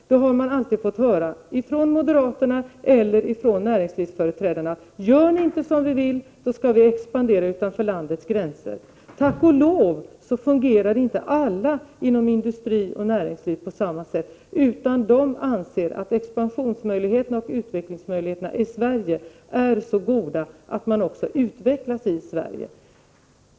Då har man alltid fått höra, från moderaterna eller från näringslivsföreträdarna: Gör ni inte som vi vill kommer vi att expandera utanför landets gränser! Tack och lov för att inte alla inom industri och näringsliv fungerar på samma sätt, utan de anser att expansionsmöjligheterna och utvecklingsmöjligheterna i Sverige är så goda att man också kan utvecklas här i Sverige.